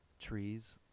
trees